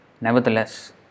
nevertheless